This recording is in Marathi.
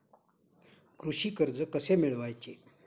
कृषी कर्ज कसे मिळवायचे?